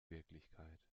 wirklichkeit